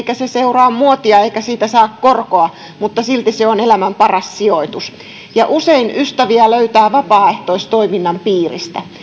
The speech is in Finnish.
eikä se seuraa muotia eikä siitä saa korkoa mutta silti se on elämän paras sijoitus usein ystäviä löytää vapaaehtoistoiminnan piiristä